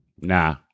Nah